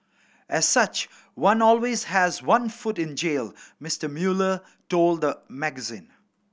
as such one always has one foot in jail Mister Mueller told the magazine